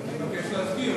אני מבקש להזכיר,